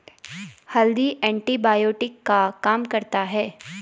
हल्दी एंटीबायोटिक का काम करता है